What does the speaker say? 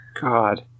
God